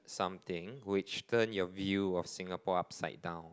something which turn your view of Singapore upside down